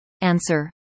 Answer